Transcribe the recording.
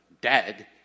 dead